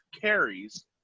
carries